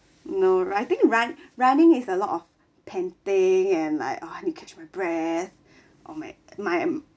no I think run running is a lot of panting and like oh I need to catch my breath or make my mm